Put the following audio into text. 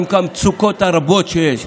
עם המצוקות הרבות שיש,